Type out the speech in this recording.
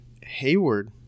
Hayward